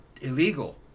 illegal